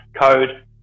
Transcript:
code